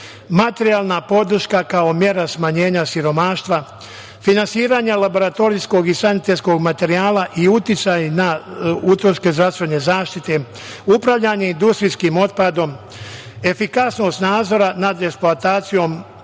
materijalna podrška kao mera smanjenja siromaštva, finansiranje laboratorijskog i sanitetskog materijala i uticaj na utroške zdravstvene zaštite, upravljanje industrijskim otpadom, efikasnost nadzora nad eksploatacijom